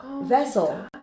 vessel